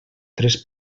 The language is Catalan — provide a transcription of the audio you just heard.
tres